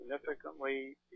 significantly